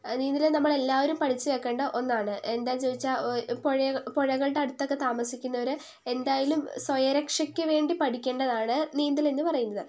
നീന്തൽ നമ്മൾ എല്ലാവരും പഠിച്ച് വയ്ക്കേണ്ട ഒന്നാണ് എന്താണെന്നു ചോദിച്ചാൽ പുഴകളുടെ അടുത്തൊക്കെ താമസിക്കുന്നവർ എന്തായാലും സ്വയരക്ഷയ്ക്ക് വേണ്ടി പഠിക്കേണ്ടതാണ് നീന്തലെന്നു പറയുന്നത്